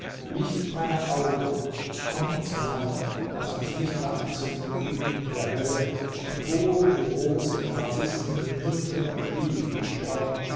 licht meiner augen komm ins bad laß uns lichter anzünden mitten in der hölle den boden mit rosen narzissen myrthen und lilien bestreuen